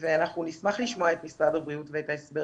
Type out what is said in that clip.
נשמח לשמוע את משרד הבריאות ואת ההסבר